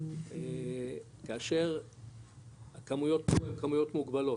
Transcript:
כאשר הן כמויות מוגבלות,